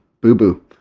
boo-boo